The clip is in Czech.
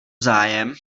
zájem